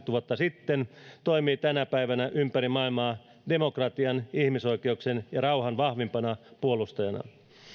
vuotta sitten toimii tänä päivänä ympäri maailmaa demokratian ihmisoikeuksien ja rauhan vahvimpana puolustajana